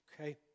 okay